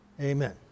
Amen